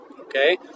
okay